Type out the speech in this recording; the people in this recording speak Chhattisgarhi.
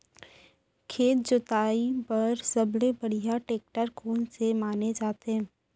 खेत जोताई बर सबले बढ़िया टेकटर कोन से माने जाथे?